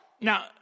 Now